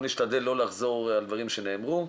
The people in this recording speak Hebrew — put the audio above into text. נשתדל לא לחזור על דברים שנאמרו.